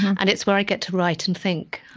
and it's where i get to write and think.